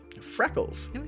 freckles